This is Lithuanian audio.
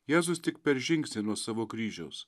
jėzus tik per žingsnį nuo savo kryžiaus